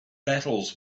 battles